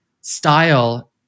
style